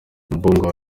mbogo